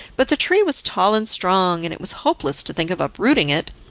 but the tree was tall and strong, and it was hopeless to think of uprooting it.